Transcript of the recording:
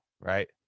right